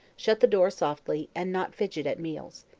shut the door softly, and not fidget at meals.